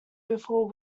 before